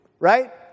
Right